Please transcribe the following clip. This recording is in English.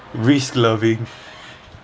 risk loving